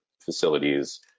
facilities